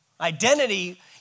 Identity